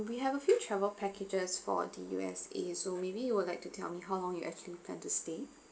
we have a few travel packages for the U_S_A so maybe you would like to tell me how long you actually plan to stay